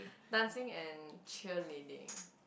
dancing and cheerleading